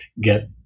get